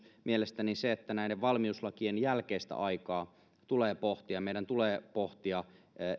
mielestäni myös se että näiden valmiuslakien jälkeistä aikaa tulee pohtia meidän tulee pohtia